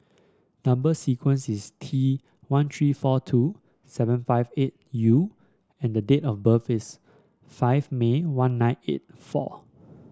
number sequence is T one three four two seven five eight U and the date of birth is five May one nine eight four